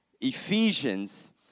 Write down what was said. Ephesians